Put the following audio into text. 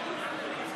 נא לשבת,